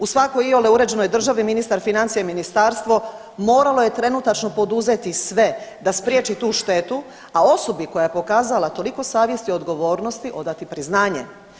U svakoj iole uređenoj državi ministar financija i ministarstvo moralo je trenutačno poduzeti sve da spriječi tu štetu, a osobi koja je pokazala toliko savjesti i odgovornosti odati priznanje.